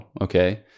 Okay